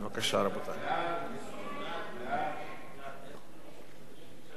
חוק הפטנטים (תיקון מס' 10), התשע"ב 2012,